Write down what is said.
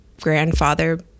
grandfather